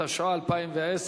התשע"א 2010,